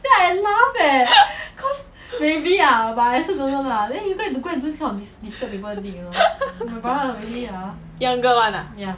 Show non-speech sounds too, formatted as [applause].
[laughs] younger one ah